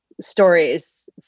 stories